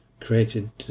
created